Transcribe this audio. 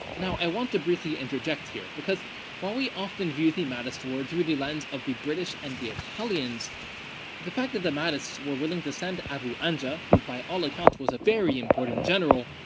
now i want to briefly and inject here, because while we often view the mahdist war through the lens of the british and the italians the, fact that the mahdists were willing to send abu anja, who by all accounts was a very important general,